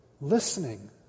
listening